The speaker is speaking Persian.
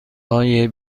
های